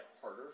harder